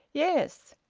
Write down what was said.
yes.